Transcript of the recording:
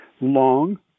long